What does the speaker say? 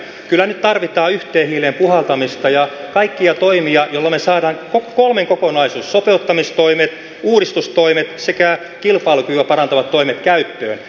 kyllä nyt tarvitaan yhteen hiileen puhaltamista ja kaikkia toimia joilla me saamme kolmen kokonaisuuden sopeuttamistoimet uudistustoimet sekä kilpailukykyä parantavat toimet käyttöön